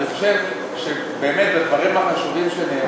אני חושב שבאמת בדברים החשובים שנאמרו,